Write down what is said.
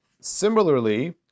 Similarly